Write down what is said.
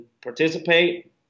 participate